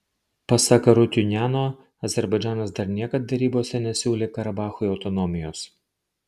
pasak arutiuniano azerbaidžanas dar niekad derybose nesiūlė karabachui autonomijos